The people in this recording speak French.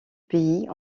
pays